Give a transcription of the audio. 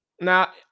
Now